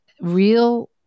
real